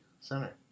Center